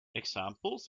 examples